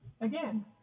again